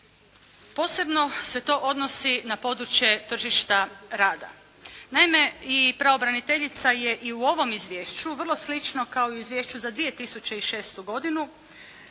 Posebno se to odnosi na područje tržišta rada. Naime, i pravobraniteljica je i u ovom izvješću, vrlo slično kao i u izvješću za 2006. godinu